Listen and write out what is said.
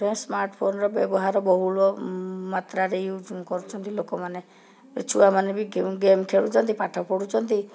ତ ସ୍ମାର୍ଟଫୋନ୍ର ବ୍ୟବହାର ବହୁଳ ମାତ୍ରାରେ ୟୁଜ୍ କରୁଛନ୍ତି ଲୋକମାନେ ଏ ଛୁଆମାନେ ବି ଗେମ୍ ଗେମ୍ ଖେଳୁଛନ୍ତି ପାଠ ପଢ଼ୁଛନ୍ତି